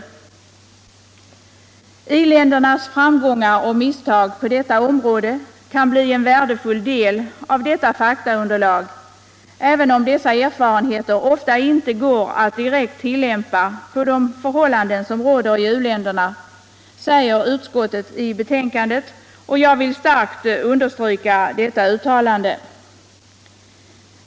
Utskottet säger: ”I-ländernas framgångar och misstag på detta område kan bli en värdefull del av detta faktaunderlag, även om dessa erfarenheter ofta inte går att direkt tillämpa på de förhållanden som råder i u-länderna.” Jag vill starkt understryka detta uttalande.